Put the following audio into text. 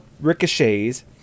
ricochets